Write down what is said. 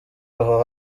aho